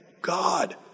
God